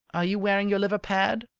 are you wearing your liver-pad?